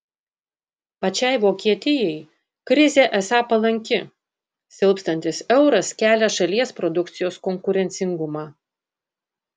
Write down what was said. pačiai vokietijai krizė esą palanki silpstantis euras kelia šalies produkcijos konkurencingumą